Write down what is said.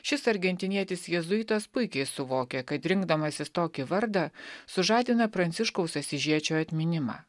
šis argentinietis jėzuitas puikiai suvokia kad rinkdamasis tokį vardą sužadina pranciškaus asyžiečio atminimą